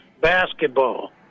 basketball